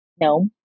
No